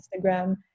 instagram